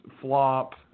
flop